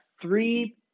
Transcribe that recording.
three